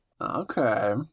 Okay